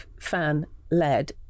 fan-led